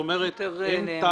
יש לי פגישה.